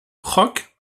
rock